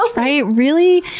right? really,